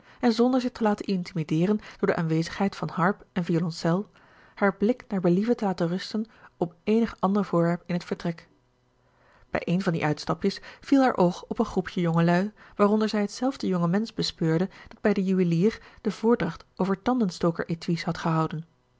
en zonder zich te laten intimideeren door de aanwezigheid van harp en violoncel haar blik naar believen te laten rusten op eenig ander voorwerp in het vertrek bij een van die uitstapjes viel haar oog op een groepje jongelui waaronder zij hetzelfde jongemensch bespeurde dat bij den juwelier de voordracht over tandenstoker étuis had gehouden